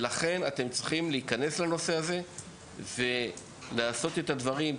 ולכן אתם צריכים להיכנס לנושא הזה ולעשות את הדברים.